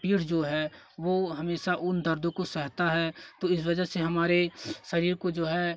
पीठ जो है वह हमेशा उन दर्दों को सहता है तो इस वजह से हमारे शरीर को जो है